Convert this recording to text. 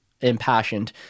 impassioned